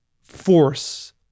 force